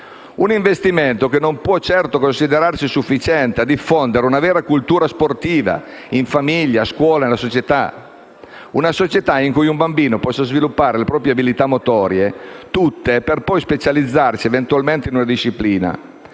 Un investimento che non può certo considerarsi sufficiente a diffondere una vera cultura sportiva in famiglia, a scuola, nella società. Una società in cui un bambino possa sviluppare le proprie abilità motorie - tutte - per poi specializzarsi, eventualmente, in una disciplina.